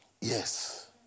Yes